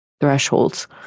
thresholds